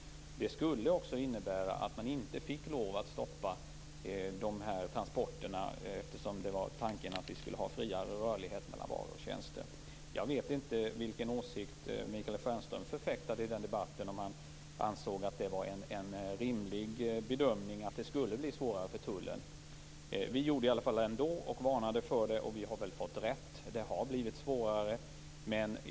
Det skulle också innebära att man inte fick lov att stoppa dessa transporter, eftersom tanken var att vi skulle ha friare rörlighet för varor och tjänster. Jag vet inte vilken åsikt Michael Stjernström förfäktade i den debatten, om han ansåg att det var en rimlig bedömning att det skulle bli svårare för tullen. Vi varnade ändå för det, och vi har väl fått rätt. Det har blivit svårare.